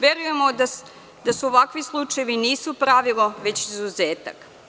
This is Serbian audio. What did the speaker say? Verujemo da ovakvi slučajevi nisu pravilo, već izuzetak.